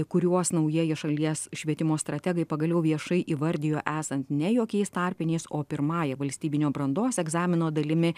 kuriuos naujieji šalies švietimo strategai pagaliau viešai įvardijo esant ne jokiais tarpiniais o pirmąja valstybinio brandos egzamino dalimi